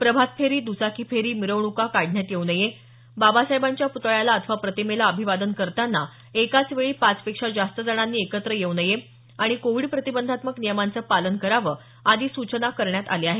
प्रभात फेरी द्चाकी फेरी मिरवणुका काढण्यात येऊ नये बाबासाहेबांच्या प्तळ्याला अथवा प्रतिमेला अभिवादन करतांना एकाचवेळी पाच पेक्षा जास्त जणांनी एकत्र येऊ नये आणि कोविड प्रतिबंधात्मक नियमांचं पालन करावं आदी सूचना करण्यात आल्या आहेत